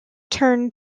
turned